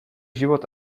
život